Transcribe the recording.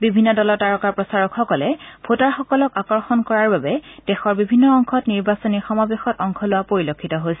বিভিন্ন দলৰ তাৰকা প্ৰচাৰকসকলে ভোটাৰসকলক আকৰ্যণ কৰাৰ বাবে দেশৰ বিভিন্ন অংশত নিৰ্বাচনী সমাৱেশত অংশ লোৱা পৰিলক্ষিত হৈছে